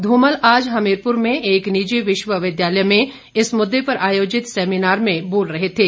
ध्र्मल आज हमीरपुर में एक निजी विश्वविद्यालय में इस मुद्दे पर आयोजित सैमीनार में बोल रहे थे